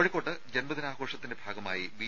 കോഴിക്കോട്ട് ജന്മദിനാഘോഷത്തിന്റെ ഭാഗമായി ബി